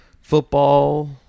football